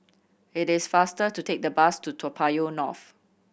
it is faster to take the bus to Toa Payoh North